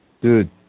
Dude